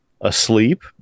asleep